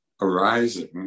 arising